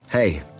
Hey